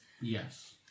yes